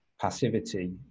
passivity